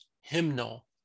hymnal